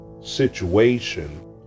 situation